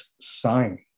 sign